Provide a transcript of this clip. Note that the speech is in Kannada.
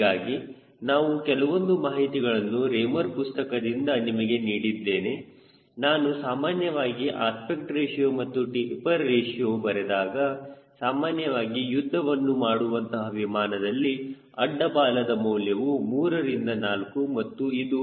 ಹೀಗಾಗಿ ನಾನು ಕೆಲವೊಂದು ಮಾಹಿತಿಗಳನ್ನು ರೇಮರ್ ಪುಸ್ತಕದಿಂದ ನಿಮಗೆ ನೀಡಿದ್ದೇನೆ ನಾನು ಸಾಮಾನ್ಯವಾಗಿ ಅಸ್ಪೆಕ್ಟ್ ರೇಶಿಯೋ ಮತ್ತು ಟೆಪರ್ ರೇಶಿಯೋ ಬರೆದಾಗ ಸಾಮಾನ್ಯವಾಗಿ ಯುದ್ಧವನ್ನು ಮಾಡುವಂತಹ ವಿಮಾನದಲ್ಲಿ ಅಡ್ಡ ಬಾಲದ ಮೌಲ್ಯವು 3ರಿಂದ 4 ಮತ್ತು ಇದು 0